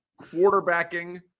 quarterbacking